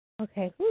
Okay